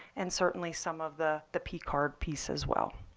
and certainly some of the the p card piece as well.